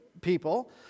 people